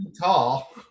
tall